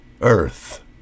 earth